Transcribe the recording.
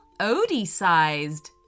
Odie-sized